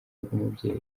rw’umubyeyi